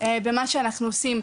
במה שאנחנו עושים,